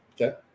Okay